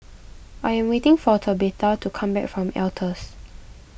I am waiting for Tabetha to come back from Altez